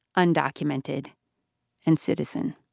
undocumented and citizen